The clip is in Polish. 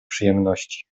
przyjemności